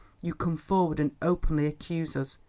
you come forward and openly accuse us.